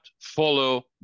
follow